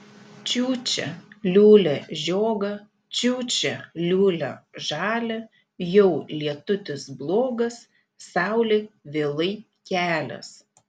čiūčia liūlia žiogą čiūčia liūlia žalią jau lietutis blogas saulė vėlai kelias